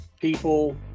people